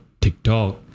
TikTok